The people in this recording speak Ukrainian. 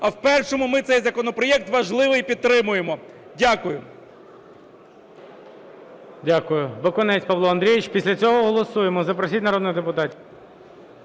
А в першому ми цей законопроект важливий підтримуємо. Дякую. ГОЛОВУЮЧИЙ. Дякую. Бакунець Павло Андрійович. Після цього голосуємо. Запросіть народних депутатів.